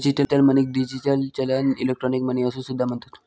digital मनीक digital चलन, electronic money असो सुद्धा म्हणतत